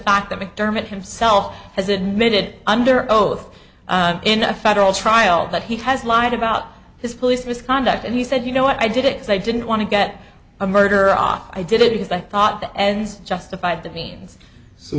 fact that mcdermott himself has admitted under oath in a federal trial that he has lied about his police misconduct and he said you know what i did it so i didn't want to get a murder off i did it because i thought the ends justify the means so